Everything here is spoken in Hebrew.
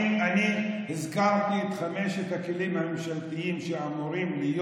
אני הזכרתי את חמשת הכלים הממשלתיים שאמורים להיות